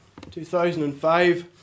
2005